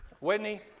Whitney